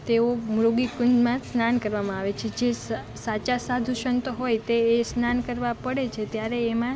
તેઓ મૃગી કુંડમાં સ્નાન કરવામાં આવે છે જે સાચા સાધુ સંત હોય તે એ સ્નાન કરવા પડે છે ત્યારે એમાં